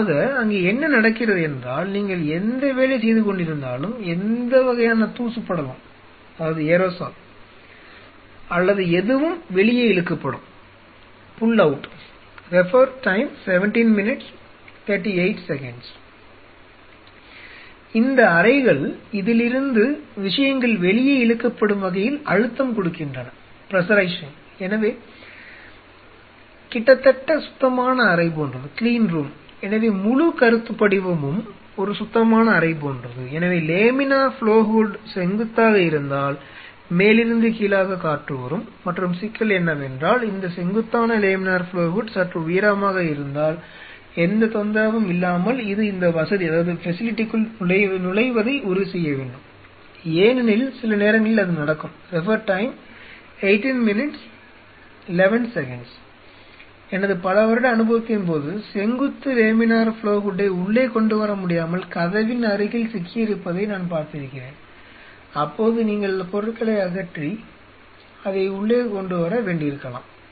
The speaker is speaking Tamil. ஆக அங்கே என்ன நடக்கிறது என்றால் நீங்கள் எந்த வேலை செய்துகொண்டிருந்தாலும் எந்த வகையான தூசுப்படலம் அதை உள்ளே கொண்டு வர வேண்டியிருக்கலாம்